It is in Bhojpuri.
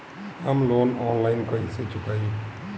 हम लोन आनलाइन कइसे चुकाई?